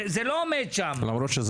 זה לא עומד שם.